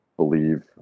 Believe